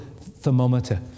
thermometer